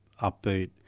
upbeat